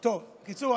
בקיצור,